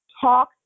talk